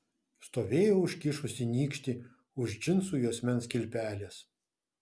stovėjo užkišusi nykštį už džinsų juosmens kilpelės